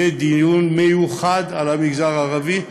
יהיה דיון מיוחד על המגזר הערבי,